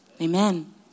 Amen